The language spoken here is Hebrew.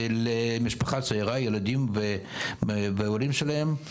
למשפחה צעירה ילדים וההורים שלהם,